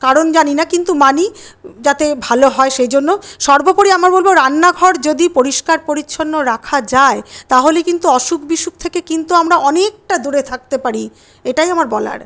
কারণ জানি না কিন্তু মানি যাতে ভালো হয় সেই জন্য সর্বোপরি আমার বলব রান্নাঘর যদি পরিষ্কার পরিচ্ছন্ন রাখা যায় তাহলে কিন্তু অসুখ বিসুখ থেকে কিন্তু আমরা অনেকটা দূরে থাকতে পারি এটাই আমার বলার